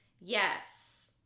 yes